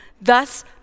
thus